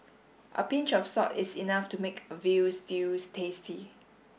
a pinch of salt is enough to make a veal stews tasty